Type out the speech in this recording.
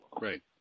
Right